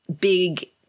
big